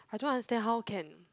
I don't understand how can